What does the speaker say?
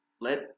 let